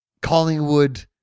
Collingwood